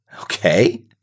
okay